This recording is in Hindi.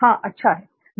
हां अच्छा ख्याल है